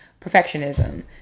perfectionism